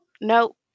no